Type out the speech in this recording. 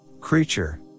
creature